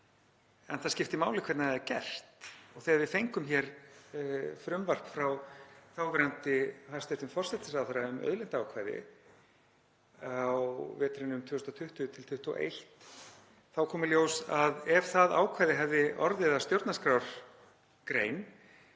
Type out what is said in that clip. en það skiptir máli hvernig það er gert. Þegar við fengum hér frumvarp frá þáverandi hæstv. forsætisráðherra um auðlindaákvæði veturinn 2020 til 2021 þá kom í ljós að ef það ákvæði hefði orðið að stjórnarskrárgrein